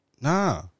Nah